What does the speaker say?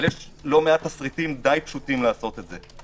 אבל יש לא מעט תסריטים די פשוטים לעשות את זה.